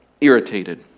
irritated